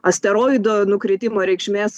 asteroido nukritimo reikšmės